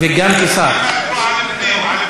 ואתה,